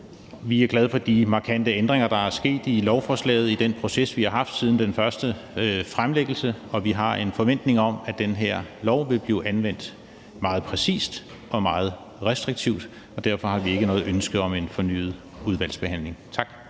Vi er glade for de markante ændringer, der er sket i lovforslaget i den proces, vi har haft siden den første fremlæggelse, og vi har en forventning om, at den her lov vil blive anvendt meget præcist og meget restriktivt, og derfor har vi ikke noget ønske om en fornyet udvalgsbehandling. Tak.